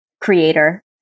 creator